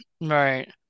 right